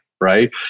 right